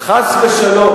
חס ושלום.